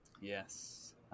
Yes